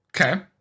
Okay